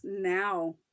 now